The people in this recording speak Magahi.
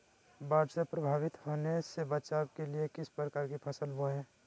बाढ़ से प्रभावित होने से बचाव के लिए किस प्रकार की फसल बोए?